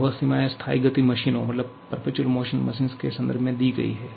और वह सीमाएँ स्थायी गति मशीनों के संदर्भ में दी गई हैं